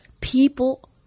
People